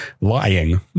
lying